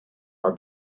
are